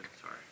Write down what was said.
sorry